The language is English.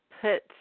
put